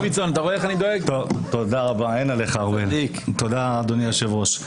תודה, אדוני היושב-ראש.